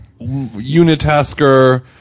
unitasker